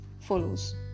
follows